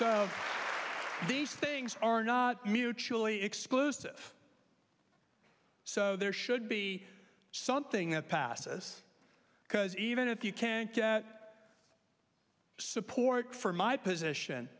the these things are not mutually exclusive so there should be something that passes because even if you can't get support for my position